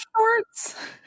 shorts